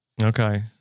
Okay